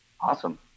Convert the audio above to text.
Awesome